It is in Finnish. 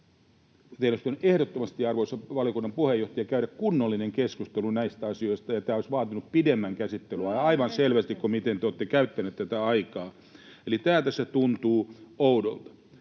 pitänyt ehdottomasti, arvoisa valiokunnan puheenjohtaja, käydä kunnollinen keskustelu näistä asioista, ja tämä olisi vaatinut aivan selvästi pidemmän käsittelyajan [Krista Kiurun välihuuto] kuin miten te olette käyttäneet aikaa. Eli tämä tässä tuntuu oudolta.